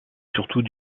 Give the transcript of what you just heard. surtout